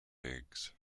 eggs